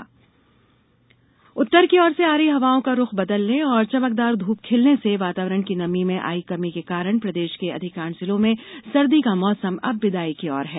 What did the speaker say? मौसम उत्तर की ओर से आ रही हवाओं का रूख बदलने और चमकदार धूप खिलने से वातावरण की नमी में आई कमी के कारण प्रदेश के अधिकांश जिलों में सर्दी का मौसम अब बिदाई की ओर है